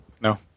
No